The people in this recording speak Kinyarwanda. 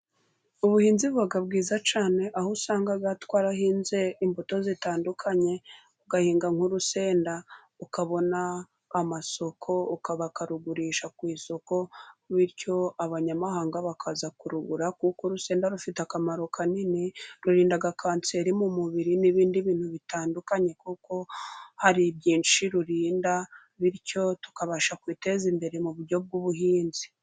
Ubuhinzi buba bwiza cyane aho usanga twarahinze imbuto zitandukanye, ugahinga nk'urusenda ukabona amasoko bakarugurisha ku isoko, bityo abanyamahanga bakaza kurugura kuko urusenda rufite akamaro kanini, rurinda kanseri mu mubiri n'ibindi bintu bitandukanye kuko hari byinshi rurinda, bityo tukabasha kwiteza imbere mu buryo bw'ubuhinzi.